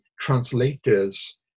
translators